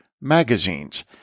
Magazines